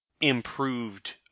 improved